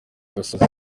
gasozi